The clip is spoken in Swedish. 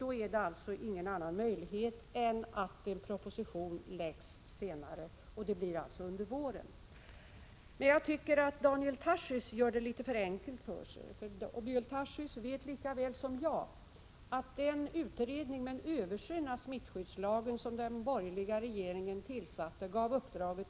Då finns det inte någon annan möjlighet än att en proposition läggs fram senare, och det blir alltså under våren. Jag tycker att Daniel Tarschys gör det litet för enkelt för sig. Daniel Tarschys vet lika väl som jag att den borgerliga regeringen gav Elisabet Holm uppdraget att göra en utredning med översyn av smittskyddslagen.